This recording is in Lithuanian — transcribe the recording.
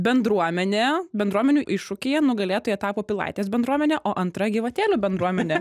bendruomenė bendruomenių iššūkyje nugalėtoja tapo pilaitės bendruomenė o antra gyvatėlių bendruomenė